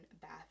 bath